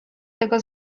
tego